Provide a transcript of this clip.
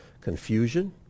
confusion